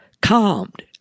calmed